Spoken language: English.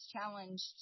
challenged